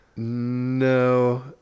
No